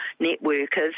networkers